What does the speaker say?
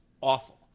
awful